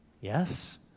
Yes